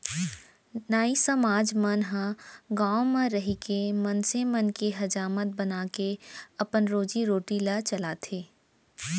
नाई समाज मन ह गाँव म रहिके मनसे मन के हजामत बनाके अपन रोजी रोटी ल चलाथे